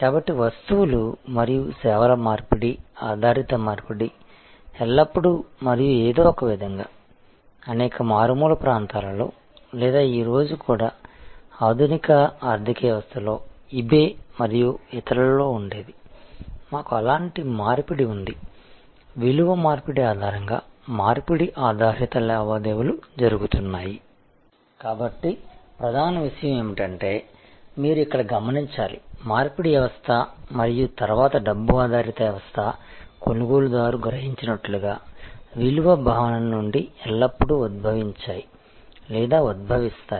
కాబట్టి వస్తువులు మరియు సేవల మార్పిడి ఆధారిత మార్పిడి ఎల్లప్పుడూ మరియు ఏదో ఒకవిధంగా అనేక మారుమూల ప్రాంతాలలో లేదా ఈరోజు కూడా ఆధునిక ఆర్థిక వ్యవస్థలో ఇ బే మరియు ఇతరులలో ఉండేది మాకు అలాంటి మార్పిడి ఉంది విలువ మార్పిడి ఆధారంగా మార్పిడి ఆధారిత లావాదేవీలు జరుగుతున్నాయి కాబట్టి ప్రధాన విషయం ఏమిటంటే మీరు ఇక్కడ గమనించాలి మార్పిడి వ్యవస్థ మరియు తరువాత డబ్బు ఆధారిత వ్యవస్థ కొనుగోలుదారు గ్రహించినట్లుగా విలువ భావన నుండి ఎల్లప్పుడూ ఉద్భవించాయి లేదా ఉద్భవిస్తాయి